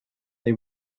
they